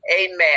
Amen